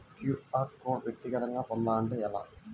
QR code వ్యక్తిగతంగా పొందాలంటే ఎలా?